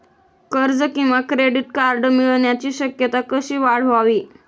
कर्ज किंवा credit card मिळण्याची शक्यता कशी वाढवावी?